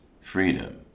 freedom